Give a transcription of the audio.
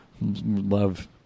love